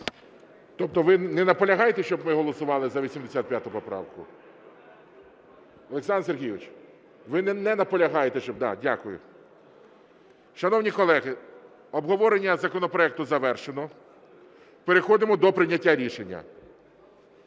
Тобто ви не наполягаєте, щоб ми голосували за 85 поправку? Олександр Сергійович, ви не наполягаєте, щоб…? Да, дякую. Шановні колеги, обговорення законопроекту завершено, переходимо до прийняття рішення.